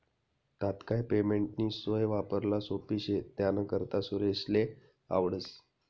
तात्काय पेमेंटनी सोय वापराले सोप्पी शे त्यानाकरता सुरेशले आवडस